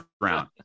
round